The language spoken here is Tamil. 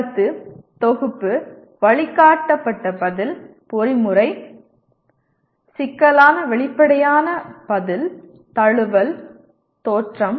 கருத்து தொகுப்பு வழிகாட்டப்பட்ட பதில் பொறிமுறை சிக்கலான வெளிப்படையான பதில் தழுவல் தோற்றம்